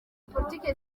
politiki